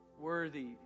Worthy